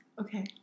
Okay